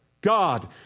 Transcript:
God